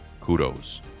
Kudos